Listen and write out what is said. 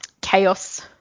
chaos